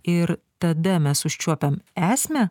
ir tada mes užčiuopiam esmę